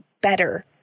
better